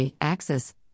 axis